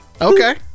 Okay